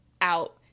out